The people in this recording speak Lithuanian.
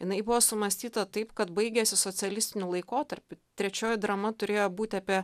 jinai buvo sumąstyta taip kad baigėsi socialistiniu laikotarpiu trečioji drama turėjo būti apie